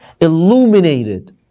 illuminated